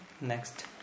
next